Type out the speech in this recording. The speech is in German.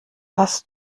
hast